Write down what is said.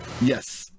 Yes